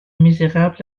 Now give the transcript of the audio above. misérable